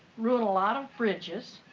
ruin a lot of bridges,